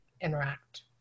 interact